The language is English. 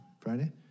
Friday